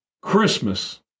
Christmas